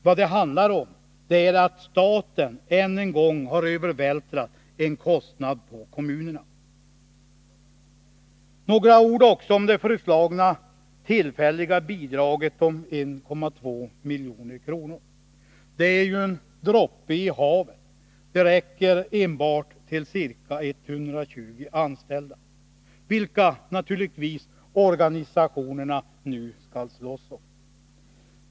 Vad det handlar om, är att staten än en gång har övervältrat en kostnad på kommunerna. Jag skall också säga några ord om det föreslagna tillfälliga bidraget om 1,2 milj.kr. Det är en droppe i havet. Det räcker enbart till ca 120 anställda, vilka organisationerna nu naturligtvis skall slåss om.